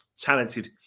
talented